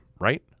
right